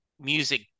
music